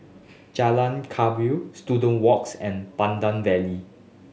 Jalan Kebaya Student Walks and Pandan Valley